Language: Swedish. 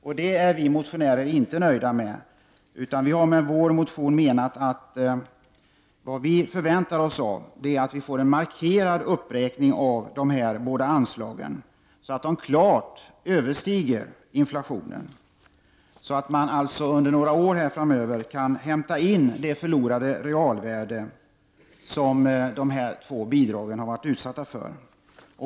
Och det är vi motionärer inte nöjda med, utan vi förväntar oss att det sker en markerad uppräkning av dessa båda anslag, så att det klart överstiger inflationen, vilket innebär att man under några år framöver kan hämta in det förlorade realvärdet som dessa två bidrag har varit utsatta för.